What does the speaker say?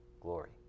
glory